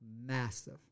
massive